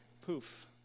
Poof